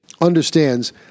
understands